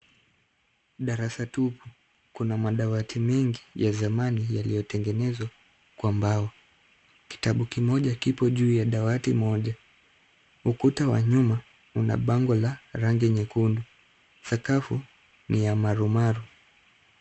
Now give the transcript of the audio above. Darasa tupu, kuna madawati mingi ya zamani yaliyotengenezwa kwa mbao. Kitabu kimoja kipo juu ya dawati moja. Ukuta wa nyuma una bango la rangi nyekundu. Sakafu ni ya marumaru.